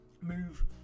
move